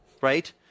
Right